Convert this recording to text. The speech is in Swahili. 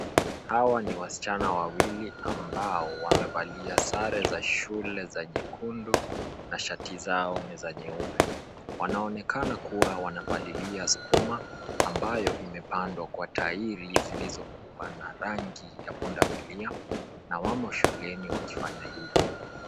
Hawa ni wasichana wawili ambao wamevalia sare za shule za nyekundu na shati zao ni za nyeupe. Wanaonekana kuwa wanapalilia sukuma ambayo imepandwa kwa tairi zilizokuwa na rangi ya punda milia na wamo shuleni wakifanya hivi.